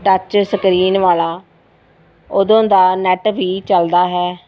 touch screen ਵਾਲਾ ਉਦੋਂ ਦਾ ਨੈੱਟ ਵੀ ਚੱਲਦਾ ਹੈ